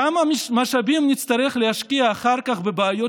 כמה משאבים נצטרך להשקיע אחר כך בבעיות